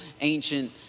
ancient